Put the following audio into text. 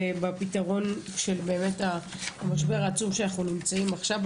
ובפתרון של המשבר העצום שאנחנו נמצאים עכשיו,